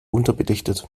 unterbelichtet